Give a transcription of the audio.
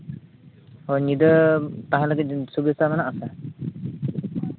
ᱦᱳᱭ ᱧᱤᱫᱟᱹ ᱛᱟᱦᱮᱱ ᱞᱟᱹᱜᱤᱫ ᱥᱩᱵᱤᱥᱛᱟ ᱢᱮᱱᱟᱜ ᱟᱥᱮ